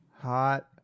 Hot